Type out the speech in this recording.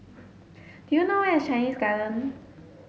do you know where is Chinese Garden